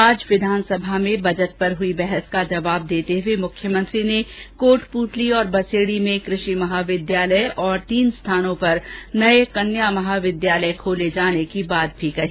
आज विधानसभा में बजट पर हुई बहस का जवाब देते हुए मुख्यमंत्री ने कोटप्रतली और बसेड़ी में कृषि महाविद्यालय और तीन स्थानों पर नये कन्या महाविद्यालय खोले जाने की बात भी कही